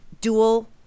dual